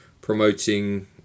promoting